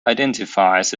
identifies